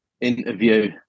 interview